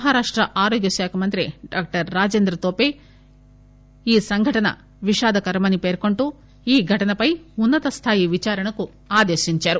మహారాష్ట్ర ఆరోగ్య శాఖ మంత్రి డాక్టర్ రాజేంద్ర తోపే ఈ సంఘటన విషాదకరమని పేర్కొంటూ ఈ ఘటనపై ఉన్నత స్థాయి విచారణకు ఆదేశించారు